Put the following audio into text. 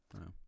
No